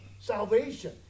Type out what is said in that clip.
salvation